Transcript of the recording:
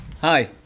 Hi